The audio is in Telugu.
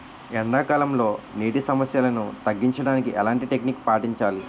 ఎండా కాలంలో, నీటి సమస్యలను తగ్గించడానికి ఎలాంటి టెక్నిక్ పాటించాలి?